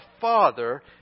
father